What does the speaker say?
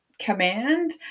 command